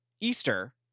Easter